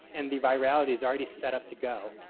and the virality is already set up to go.